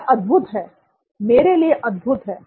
यह अदभुत है मेरे लिए अदभुत है